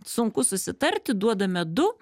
sunku susitarti duodame du